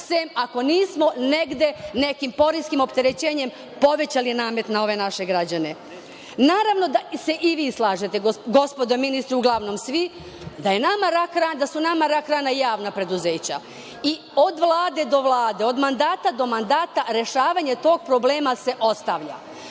sem ako nismo negde nekim poreskim opterećenjem povećali namet na ove naše građane. Naravno da se i vi slažete, gospodo ministri uglavnom svi da su nama rak rana javna preduzeća. I od Vlade do Vlade, od mandata do mandata rešavanje tog problema se ostavlja.